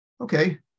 Okay